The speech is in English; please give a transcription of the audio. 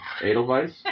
Edelweiss